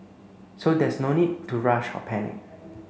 so there's no need to rush or panic